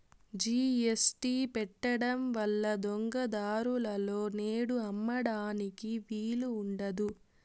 GST పెట్టడం వల్ల దొంగ దారులలో నేడు అమ్మడానికి వీలు ఉండదు